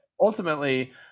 ultimately